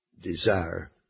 desire